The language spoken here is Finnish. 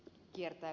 rönnille